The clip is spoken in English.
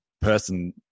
person